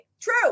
True